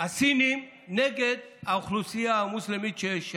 הסינים, נגד האוכלוסייה המוסלמית שיש שם,